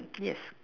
yes